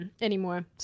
anymore